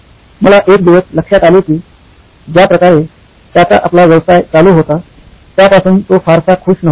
मला एक दिवस लक्षात आले की ज्या प्रकारे त्याचा आपला व्यवसाय चालू होता त्यापासून तो फारसा खुष नव्हता